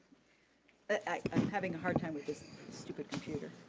ah i'm having a hard time with this stupid computer.